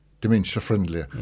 dementia-friendly